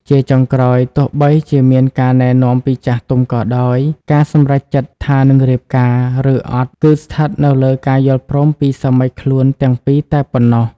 ជាចុងក្រោយ ទោះបីជាមានការណែនាំពីចាស់ទុំក៏ដោយ ការសម្រេចចិត្តថានឹងរៀបការ ឬអត់ គឺស្ថិតនៅលើការយល់ព្រមពីសាមីខ្លួនទាំងពីរតែប៉ុណ្ណោះ។